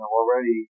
already